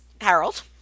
harold